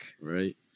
right